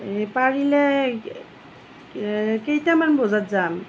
পাৰিলে কেইটামান বজাত যাম